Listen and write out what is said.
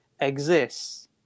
exists